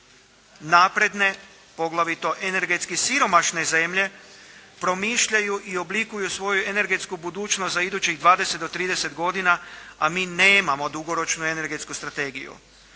Napredne, poglavito energetski siromašne zemlje, promišljaju i oblikuju svoju energetsku budućnost za idućih 20 do 30 godina, a mi nemamo dugoročnu energetsku strategiju,